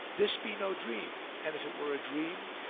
this be no dream, and if it were a dream,